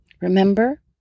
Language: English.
Remember